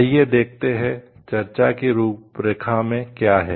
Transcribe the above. आइए देखते हैं चर्चा की रूपरेखा में क्या है